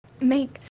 Make